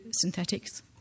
synthetics